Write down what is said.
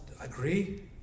agree